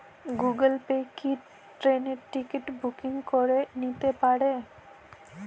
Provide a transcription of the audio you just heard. Google pay কি ট্রেনের ticket booking করে দিতে পারে?